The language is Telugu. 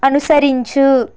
అనుసరించు